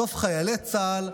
בסוף חיילי צה"ל,